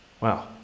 wow